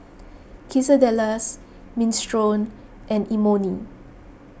Quesadillas Minestrone and Imoni